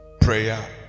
prayer